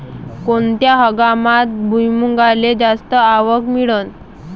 कोनत्या हंगामात भुईमुंगाले जास्त आवक मिळन?